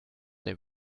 they